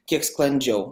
kiek sklandžiau